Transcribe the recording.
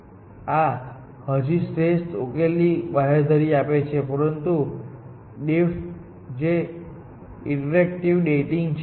તેથી તે પહેલા કેટલાક સ્તરે ડેપ્થ ફર્સ્ટ સર્ચ મુજબ શોધ કરશે અને પછી કેટલાક અન્ય સ્તરે તેથી અમે માની રહ્યા છીએ કે ધારો સ્ત્રોતમાં ખર્ચમાં લગભગ સમાન છે